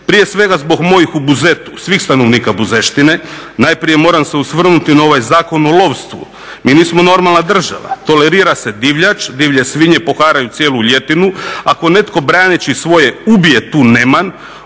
Prije svega zbog mojih u Buzetu, svih stanovnika Buzeštine. Najprije moram se osvrnuti na ovaj Zakon o lovstvu, mi nismo normalna država. Tolerira se divljač, divlje svinje poharaju cijelu ljetinu, ako netko braneći svoje ubije tu neman